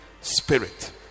spirit